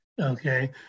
Okay